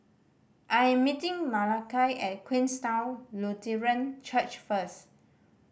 I am meeting Malakai at Queenstown Lutheran Church first